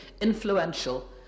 influential